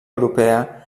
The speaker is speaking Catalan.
europea